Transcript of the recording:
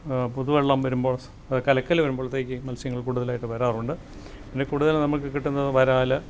പൊതുവെള്ളം വരുമ്പോൾ സ് കലക്കൽ വരുമ്പോളത്തേക്ക് മത്സ്യങ്ങള് കൂടുതലായിട്ട് വരാറുണ്ട് പിന്നെ കൂടുതൽ നമുക്ക് കിട്ടുന്നത് വരാൽ